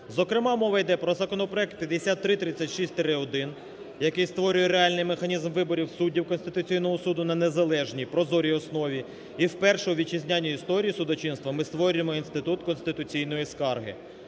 Зокрема мова йде про законопроект 5336-1, який створює реальний механізм виборів суддів Конституційного Суду на незалежній, прозорій основі. І вперше у вітчизняній історії судочинства ми створюємо інститут конституційної скарги.